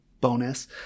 bonus